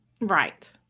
Right